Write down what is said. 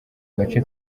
gace